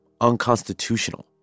unconstitutional